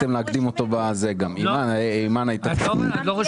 היום בבוקר